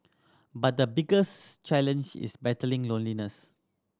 but the biggest challenge is battling loneliness